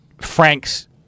franks